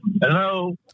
Hello